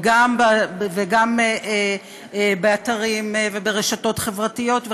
וגם באתרים וברשתות חברתיות,